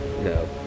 No